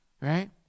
right